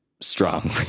strong